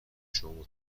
شما